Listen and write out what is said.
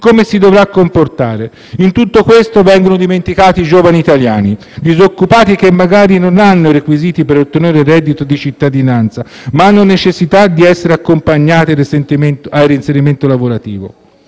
Come ci si dovrà comportare? In tutto questo, vengono dimenticati i giovani italiani disoccupati che, magari, non hanno i requisiti per ottenere il reddito di cittadinanza, ma hanno necessità di essere accompagnati al reinserimento lavorativo.